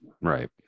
Right